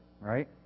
right